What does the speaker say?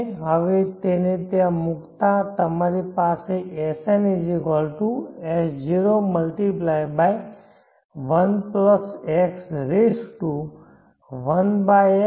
હવે તેને ત્યાં મુકતા તમારી પાસે Sn S0×1 xix×n છે